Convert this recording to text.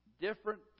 Different